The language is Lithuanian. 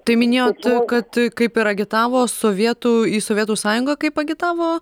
tai minėjot kad kaip ir agitavo sovietų į sovietų sąjungą kaip agitavo